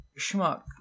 schmuck